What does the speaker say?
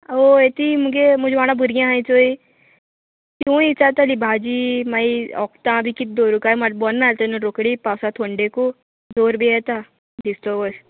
ओय ती मुगे म्हजी वांगडा भुरगीं हाय चोय तिवूय इचाताली भाजी मागीर ओक्तां बी कित दवरू काय बोरो ना ते न्हू रोकडी पावसा थोंडेकू जोर बी येता दिसतोर